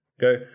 Go